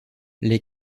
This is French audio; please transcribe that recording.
les